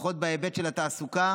לפחות בהיבט של התעסוקה